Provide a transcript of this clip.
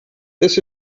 this